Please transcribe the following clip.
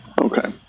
Okay